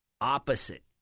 Opposite